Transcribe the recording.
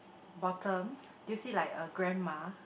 bottom do you see like a grandma